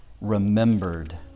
remembered